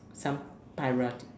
some